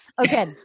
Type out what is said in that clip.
Okay